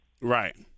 right